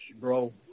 bro